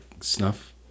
snuff